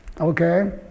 okay